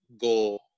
go